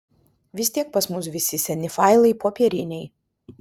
vis tiek pas mus visi seni failai popieriniai